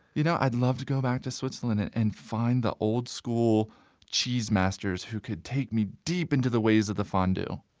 you know i'd love to go back to switzerland and find the old-school cheese masters who could take me deep into the ways of fondue.